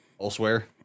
elsewhere